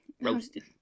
Roasted